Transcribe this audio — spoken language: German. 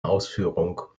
ausführung